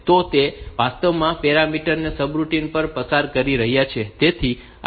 તો તે વાસ્તવમાં પેરામીટર ને સબરૂટિન પર પસાર કરી રહ્યાં છે